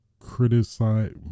Criticize